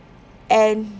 and